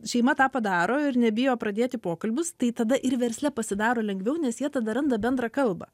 šeima tą padaro ir nebijo pradėti pokalbius tai tada ir versle pasidaro lengviau nes jie tada randa bendrą kalbą